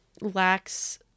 lacks